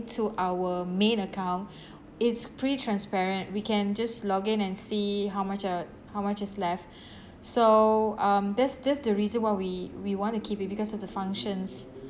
to our main account it's pretty transparent we can just login and see how much uh how much is left so um that's that's the reason why we we want to keep it because of the functions